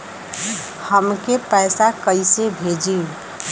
हमके पैसा कइसे भेजी?